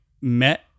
met